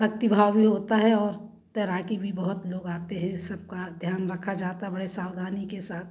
भक्तिभाव भी होता है और तैराकी भी बहुत लोग आते हैं इस सबका ध्यान रखा जाता है बड़ी सावधानी के साथ